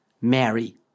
Mary